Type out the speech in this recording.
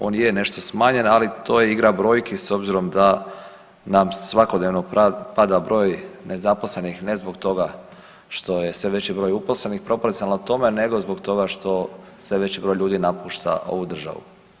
On je nešto smanjen, ali to je igra brojki s obzirom da nam svakodnevno pada broj nezaposlenih, ne zbog toga što je sve veći broj uposlenih proporcionalno tome nego zbog toga što sve veći broj ljudi napušta ovu državu.